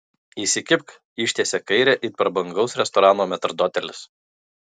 įsikibk ištiesia kairę it prabangaus restorano metrdotelis